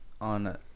on